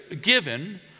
given